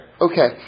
Okay